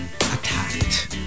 attacked